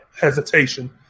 hesitation